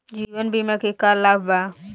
जीवन बीमा के का लाभ बा?